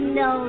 no